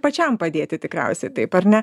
pačiam padėti tikriausiai taip ar ne